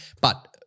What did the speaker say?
But-